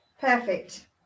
Perfect